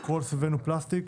הכול סביבנו פלסטיק.